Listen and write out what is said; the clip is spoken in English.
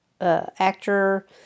actor